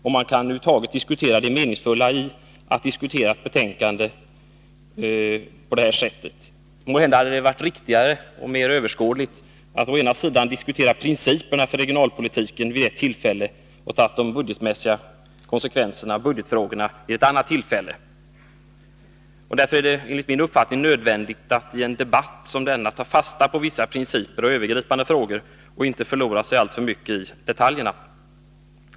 Man kan över huvud taget diskutera det meningsfulla i att behandla ett betänkande på detta sätt. Måhända hade det varit riktigare och mer överskådligt att diskutera principerna för regionalpolitiken vid ett tillfälle och behandla budgetfrågorna vid ett annat tillfälle. Det är därför enligt min uppfattning nödvändigt att i en debatt som denna ta fasta på vissa principer och övergripande frågor och inte förlora sig alltför mycket i en mängd detaljer.